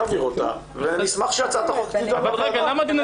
תעביר אותה ונשמח שהצעת החוק תידון בוועדה.